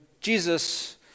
Jesus